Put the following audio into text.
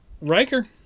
Riker